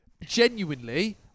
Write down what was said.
genuinely